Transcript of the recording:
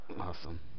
Awesome